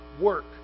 work